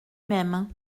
même